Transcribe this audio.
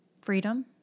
freedom